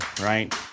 right